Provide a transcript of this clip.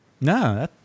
No